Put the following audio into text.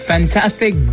Fantastic